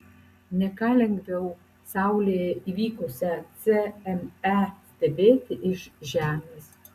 ne ką lengviau saulėje įvykusią cme stebėti iš žemės